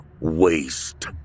waste